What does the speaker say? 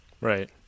Right